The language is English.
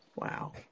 Wow